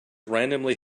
randomly